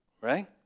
right